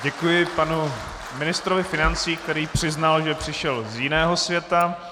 Děkuji panu ministrovi financí, který přiznal, že přišel z jiného světa.